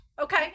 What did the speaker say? Okay